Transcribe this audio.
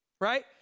Right